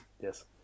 Yes